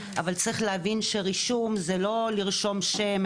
אבל צריך להבין שרישום זה לא לרשום שם,